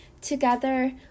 Together